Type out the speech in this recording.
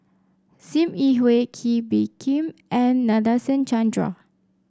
Sim Yi Hui Kee Bee Khim and Nadasen Chandra